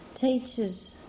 teachers